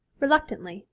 reluctantly,